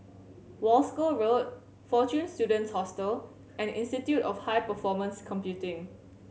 Wolskel Road Fortune Students Hostel and Institute of High Performance Computing